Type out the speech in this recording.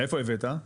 לאיפה הבאת?